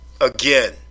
again